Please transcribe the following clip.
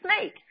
snake